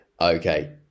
Okay